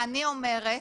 אני אומרת,